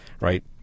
right